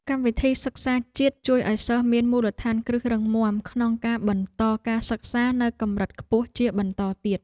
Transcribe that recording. កម្មវិធីសិក្សាជាតិជួយឱ្យសិស្សមានមូលដ្ឋានគ្រឹះរឹងមាំក្នុងការបន្តការសិក្សានៅកម្រិតខ្ពស់ជាបន្តទៀត។